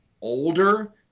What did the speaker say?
older